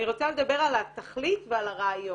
אני רוצה לדבר על התכלית ועל הרעיון.